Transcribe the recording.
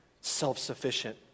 self-sufficient